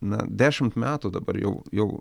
na dešimt metų dabar jau jau